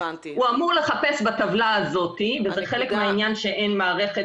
הוא אמור לחפש בטבלה הזאת וחלק מהעניין הוא שאין מערכת